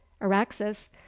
araxes